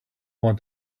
want